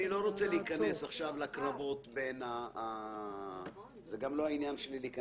אני לא רוצה להיכנס עכשיו לקרבות בין ג'ול לבין